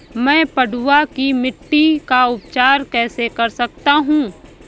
मैं पडुआ की मिट्टी का उपचार कैसे कर सकता हूँ?